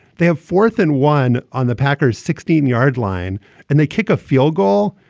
they have fourth and one on the packers sixteen yard line and they kick a field goal.